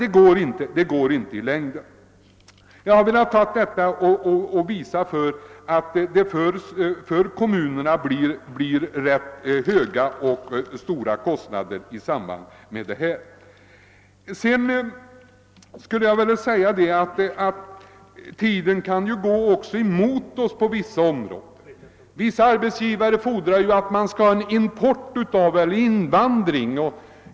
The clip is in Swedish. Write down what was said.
Jag har velat ta upp just problemet med den friställda äldre arbetskraften för att visa hur det ökar kommunernas kostnader. Utvecklingen kan arbeta emot oss på vissa områden därigenom att vissa arbetsgivare fordrar att en import av arbetskraft skall ske.